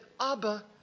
Abba